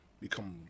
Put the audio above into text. become